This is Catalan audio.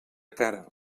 cara